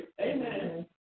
Amen